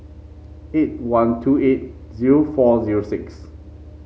eight one two eight zero four zero six